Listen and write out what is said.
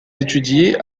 étudier